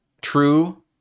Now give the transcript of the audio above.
true